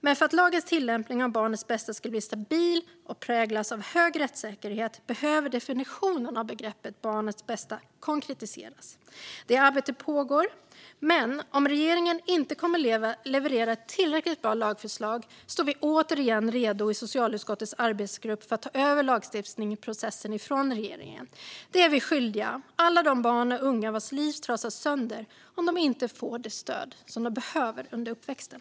Men för att lagens tillämpning av barnets bästa ska bli stabil och präglas av hög rättssäkerhet behöver definitionen av begreppet barnets bästa konkretiseras. Det arbetet pågår. Men om regeringen inte kommer att leverera ett tillräckligt bra lagförslag står vi återigen redo i socialutskottets arbetsgrupp för att ta över lagstiftningsprocessen från regeringen. Det är vi skyldiga alla de barn och unga vars liv trasas sönder om de inte får det stöd de behöver under uppväxten.